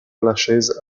lachaise